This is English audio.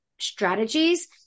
strategies